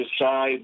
decide